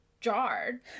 jarred